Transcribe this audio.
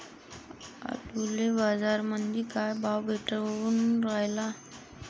आलूले बाजारामंदी काय भाव भेटून रायला?